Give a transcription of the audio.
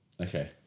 okay